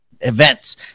events